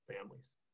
families